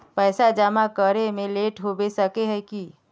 पैसा जमा करे में लेट होबे सके है की?